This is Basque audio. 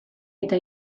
eta